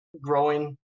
growing